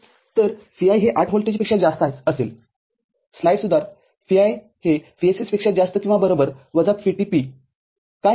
तर Vi हे ८व्होल्टपेक्षा जास्त आहे स्लाइड सुधार Vi ≥ VSS VT काय होत आहे